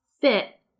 fit